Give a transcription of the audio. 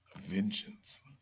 Vengeance